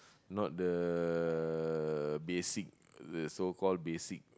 not the~ basic the so called basic